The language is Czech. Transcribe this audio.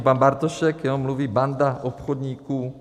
Pan Bartošek mluví banda obchodníků.